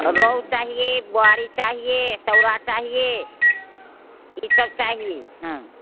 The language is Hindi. रोहू चाहिए बोआरी चाहिए सौरा चाहिए यह सब चाहिए हाँ